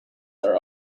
are